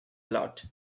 lot